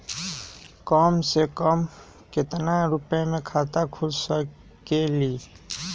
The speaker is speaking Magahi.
कम से कम केतना रुपया में खाता खुल सकेली?